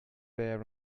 there